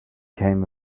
came